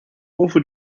ovo